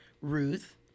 Ruth